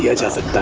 yeah doesn't